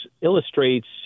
illustrates